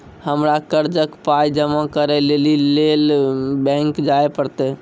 हमरा कर्जक पाय जमा करै लेली लेल बैंक जाए परतै?